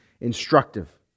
instructive